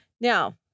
Now